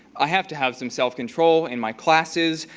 i have to have some self-control in my classes,